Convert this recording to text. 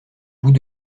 bouts